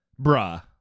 bruh